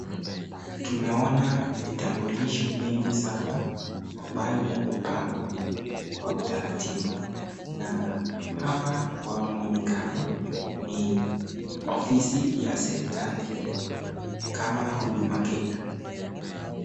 Tunaona vitambulisho vingi sana, ambayo vimepangwa kwa utaratibu. Na hapa, kwa muonekano, ni ofisi ya serikali, kama Huduma Kenya.